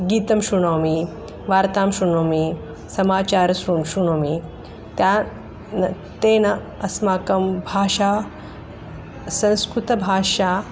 गीतं शृणोमि वार्तां शृणोमि समाचारः शृणोमि शृणोमि तेन तेन अस्माकं भाषा संस्कृतभाषा